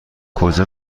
کجا